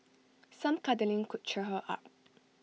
some cuddling could cheer her up